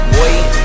wait